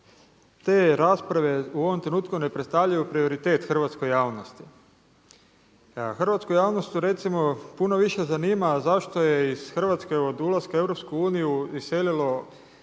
te rasprave u ovom trenutku ne predstavljaju prioritet hrvatskoj javnosti. Hrvatsku javnost recimo puno više zanima zašto je iz Hrvatske od ulaska u EU iselilo